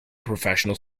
professional